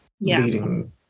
leading